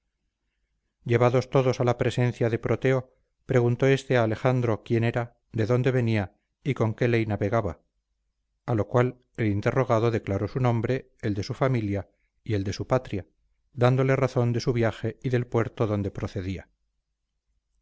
llevados todos a la presencia de proteo preguntó éste a alejandro quién era de dónde venía y con qué ley navegaba a lo cual el interrogado declaró su nombre el de su familia y el de su patria dándole razón de su viaje y del puerto donde procedía